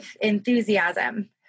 enthusiasm